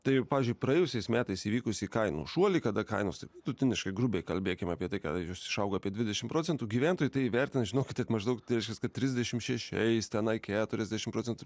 tai pavyzdžiui praėjusiais metais įvykusį kainų šuolį kada kainos taip vidutiniškai grubiai kalbėkim apie tai kainos išaugo apie dvidešim procentų gyventojai tai įvertinti žinokit maždaug tai reiškias trisdešim šešiais tenai keturiasdešim procentų